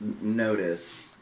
notice